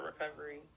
recovery